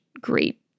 great